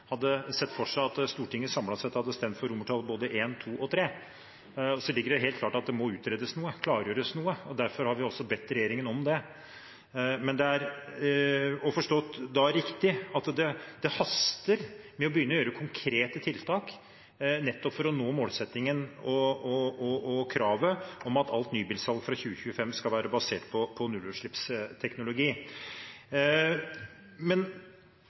både I, II og III, og så ligger det helt klart at det må utredes noe, klargjøres noe, og derfor har vi også bedt regjeringen om det. Men da er det forstått riktig at det haster med å begynne å gjøre konkrete tiltak nettopp for å nå målsettingen og kravet om at alt nybilsalg fra 2025 skal være basert på nullutslippsteknologi. I sitt innlegg henviste statsråden mye til at teknologiutvikling var ganske vesentlig for å gjøre det, men